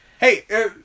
Hey